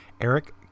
Eric